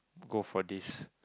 go for this